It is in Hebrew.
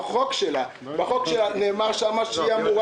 בחוק שלה נאמר שהיא אמורה